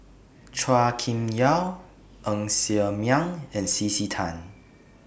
Chua Kim Yeow Ng Ser Miang and C C Tan